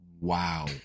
Wow